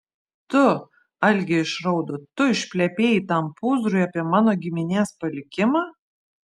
tu algė išraudo tu išplepėjai tam pūzrui apie mano giminės palikimą